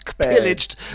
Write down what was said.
pillaged